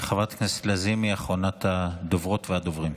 חברת הכנסת לזימי, אחרונת הדוברות והדוברים.